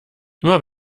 immer